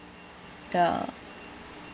ya